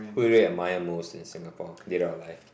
who do you admire most in Singapore dead or alive